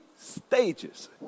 stages